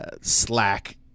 Slack